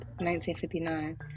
1959